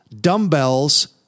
dumbbells